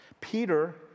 Peter